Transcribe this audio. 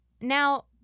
Now